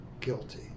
guilty